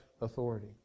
authority